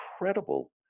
incredible